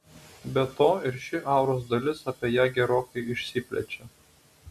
be to ir ši auros dalis apie ją gerokai išsiplečia